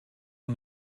und